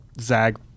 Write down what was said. Zag